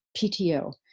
PTO